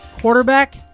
Quarterback